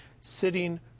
sitting